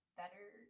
better